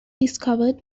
discovered